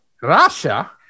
Russia